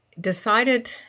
decided